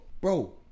Bro